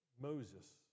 Moses